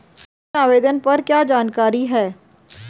ऋण आवेदन पर क्या जानकारी है?